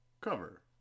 Cover